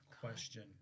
question